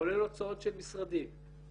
כולל הוצאות של משרדים,